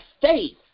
faith